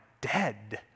dead